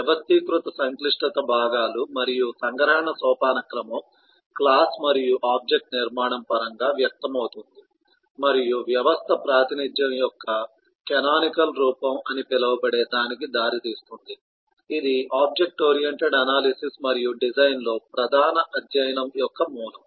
వ్యవస్థీకృత సంక్లిష్టత భాగాలు మరియు సంగ్రహణ సోపానక్రమం క్లాస్ మరియు ఆబ్జెక్ట్ నిర్మాణం పరంగా వ్యక్తమవుతుంది మరియు వ్యవస్థ ప్రాతినిధ్యం యొక్క కానానికల్ రూపం అని పిలువబడే దానికి దారితీస్తుంది ఇది ఆబ్జెక్ట్ ఓరియెంటెడ్ అనాలిసిస్ మరియు డిజైన్ లో ప్రధాన అధ్యయనం యొక్క మూలం